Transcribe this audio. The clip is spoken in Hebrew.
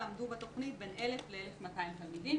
למדו בתוכנית בין 1,000 ל-1,200 תלמידים